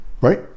right